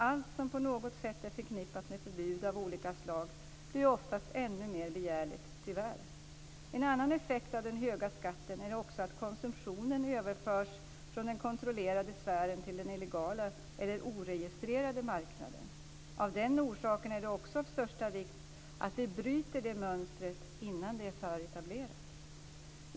Allt som på något sätt är förknippat med förbud av olika slag blir tyvärr oftast ännu mer begärligt. En annan effekt av den höga skatten är också att konsumtionen överförs från den kontrollerade sfären till den illegala eller oregistrerade marknaden. Också av den orsaken är det av största vikt att vi bryter mönstret innan det är för etablerat.